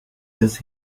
des